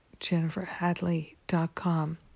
JenniferHadley.com